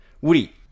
Woody